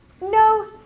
No